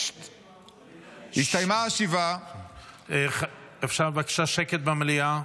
הסתיימה השבעה -- אפשר בבקשה שקט במליאה?